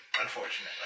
unfortunately